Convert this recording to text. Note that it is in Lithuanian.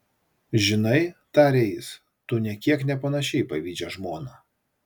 žinai tarė jis tu nė kiek nepanaši į pavydžią žmoną